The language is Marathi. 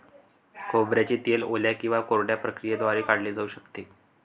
खोबऱ्याचे तेल ओल्या किंवा कोरड्या प्रक्रियेद्वारे काढले जाऊ शकते